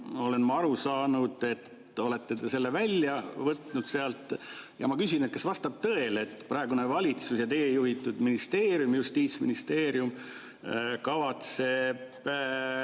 olen ma aru saanud, olete te selle välja võtnud sealt. Ja ma küsin, kas vastab tõele, et praegune valitsus ja teie juhitud Justiitsministeerium kavatseb